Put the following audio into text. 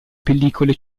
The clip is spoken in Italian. pellicole